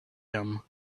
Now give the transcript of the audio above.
him